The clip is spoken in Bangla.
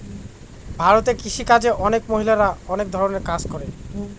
ভারতে কৃষি কাজে অনেক মহিলারা অনেক ধরনের কাজ করে